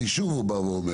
אני שוב אומר,